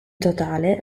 totale